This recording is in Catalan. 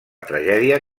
tragèdia